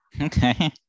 Okay